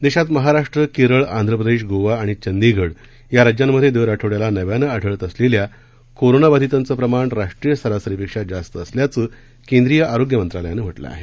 देशात महाराष्ट्र केरळ आंध्रप्रेदश गोवा आणि चंदीगढ या राज्यांमधे दर आठवङ्याला नव्यानं आढळत असलेल्या कोरोनाबाधितांचं प्रमाण राष्ट्रीय सरासरीपेक्षा जास्त असल्याचं केंद्रीय आरोग्य मंत्रालयानं म्हटलं आहे